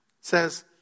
Says